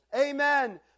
Amen